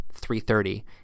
3.30